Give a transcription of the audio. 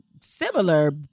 similar